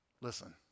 Listen